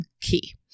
key